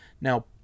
Now